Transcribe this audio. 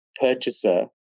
purchaser